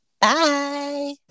Bye